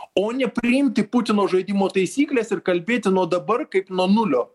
o nepriimti putino žaidimo taisyklės ir kalbėti nuo dabar kaip nuo nulio